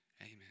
Amen